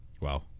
Wow